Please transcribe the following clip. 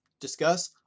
discuss